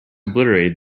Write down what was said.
obliterated